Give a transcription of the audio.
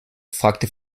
fragte